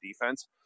defense